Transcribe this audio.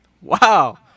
Wow